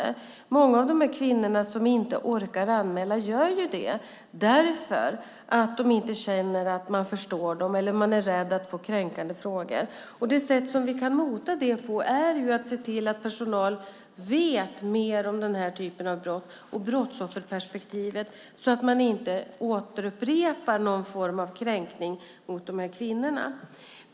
Att många av de här kvinnorna inte orkar anmäla beror på att de inte känner att man förstår dem eller på att de är rädda att få kränkande frågor. Det sätt som vi kan mota det på är att se till att personalen vet mer om den här typen av brott och brottsofferperspektivet så att man inte återupprepar någon form av kränkning mot de här kvinnorna.